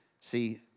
See